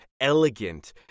elegant